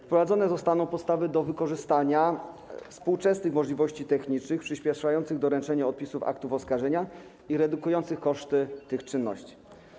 Wprowadzone zostaną podstawy do wykorzystania współczesnych możliwości technicznych przyspieszających doręczanie odpisów aktów oskarżenia i redukujących koszty tych czynności.